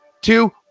two